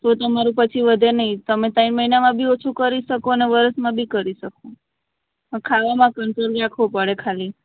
તો તમારું પછી વધે નહીં તમે ત્રણ મહિનામાં બી ઓછું કરી જ શકો ને વર્ષમાં બી કરી શકો પણ ખાવામાં કંટ્રોલ રાખવો પડે ખાલી